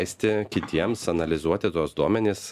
leisti kitiems analizuoti tuos duomenis